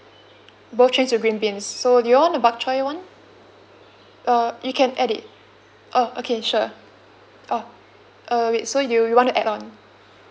both change to green beans so do you want the buk choy [one] uh you can add it oh okay sure oh uh wait so you you want to add on